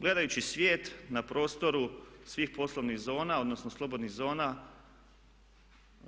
Gledajući svijet na prostoru svih poslovnih zona, odnosno slobodnih zona